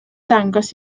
dangos